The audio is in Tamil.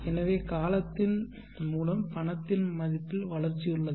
எனவே காலத்தின் மூலம் பணத்தின் மதிப்பில் வளர்ச்சி உள்ளது